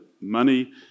Money